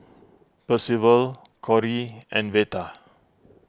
Percival Cori and Veta